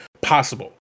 possible